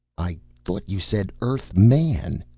i thought you said earth man?